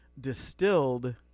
distilled